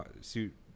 suit